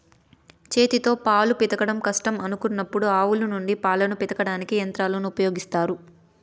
చేతితో పాలు పితకడం కష్టం అనుకున్నప్పుడు ఆవుల నుండి పాలను పితకడానికి యంత్రాలను ఉపయోగిత్తారు